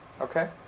Okay